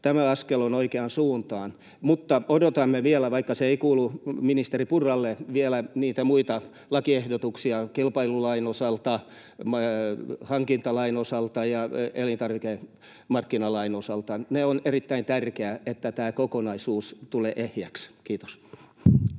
Tämä askel on oikeaan suuntaan, mutta odotamme vielä, vaikka se ei kuulu ministeri Purralle, niitä muita lakiehdotuksia kilpailulain osalta, hankintalain osalta ja elintarvikemarkkinalain osalta. On erittäin tärkeää, että tämä kokonaisuus tulee ehjäksi. — Kiitos.